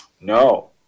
No